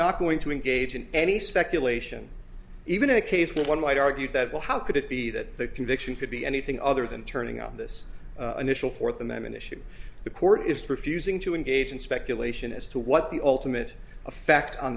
not going to engage in any speculation even in a case where one might argue that well how could it be that the conviction could be anything other than turning on this initial fourth amendment issue the court is refusing to engage in speculation as to what the ultimate effect on